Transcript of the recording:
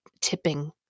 tipping